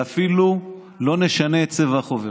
ואפילו לא נשנה את צבע החוברת.